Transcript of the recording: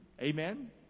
Amen